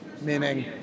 meaning